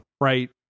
right